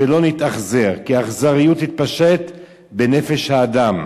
שלא נתאכזר, כי אכזריות תתפשט בנפש האדם.